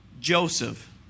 Joseph